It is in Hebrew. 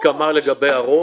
יש הסכמה לגבי הרוב.